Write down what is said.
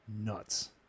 nuts